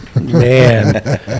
Man